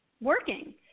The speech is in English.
working